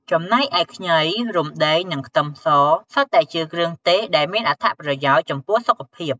ចំណែកឯ ខ្ញី រំដេង និងខ្ទឹមស សុទ្ធតែជាគ្រឿងទេសដែលមានអត្ថប្រយោជន៍ចំពោះសុខភាព។